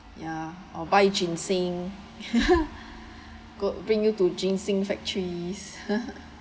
ya or buy ginseng got bring you to ginseng factories